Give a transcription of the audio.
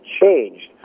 changed